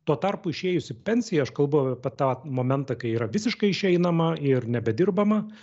tuo tarpu išėjus į pensiją aš kalbu apie tą momentą kai yra visiškai išeinama ir nebedirbama